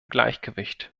gleichgewicht